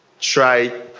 try